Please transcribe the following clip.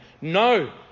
No